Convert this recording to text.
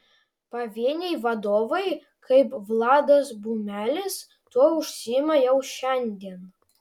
pavieniai vadovai kaip vladas bumelis tuo užsiima jau šiandien